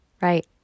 Right